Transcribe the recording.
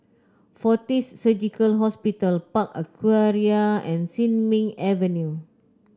Fortis Surgical Hospital Park Aquaria and Sin Ming Avenue